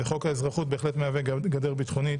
וחוק האזרחות בהחלט מהווה גדר ביטחונית